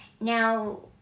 Now